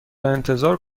انتظار